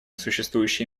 существующие